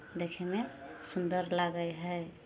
देखयमे सुन्दर लागै हइ